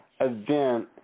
event